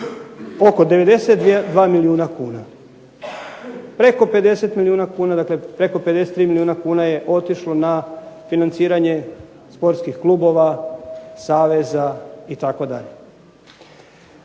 Preko 50 milijuna kuna, dakle preko 53 milijuna kuna je otišlo na financiranje sportskih klubova, saveza itd.